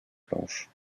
planches